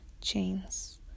chains